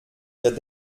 wird